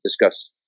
discuss